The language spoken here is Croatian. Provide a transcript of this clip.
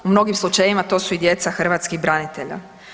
U mnogim slučajevima to su i djeca hrvatskih branitelja.